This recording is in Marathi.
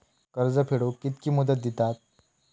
कर्ज फेडूक कित्की मुदत दितात?